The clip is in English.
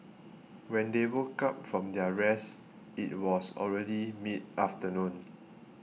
when they woke up from their rest it was already mid afternoon